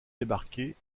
débarqués